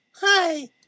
Hi